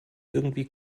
irgendwie